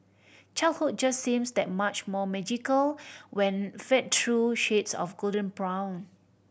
childhood just seems that much more magical when fed through shades of golden brown